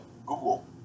google